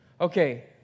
Okay